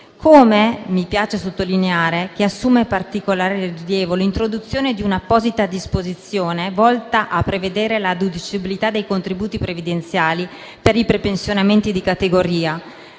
modo mi piace sottolineare che assume particolare rilievo l'introduzione di un'apposita disposizione, volta a prevedere la deducibilità dei contributi previdenziali per i prepensionamenti di categoria,